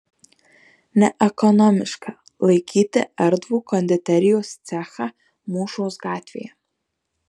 neekonomiška laikyti erdvų konditerijos cechą mūšos gatvėje